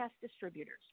distributors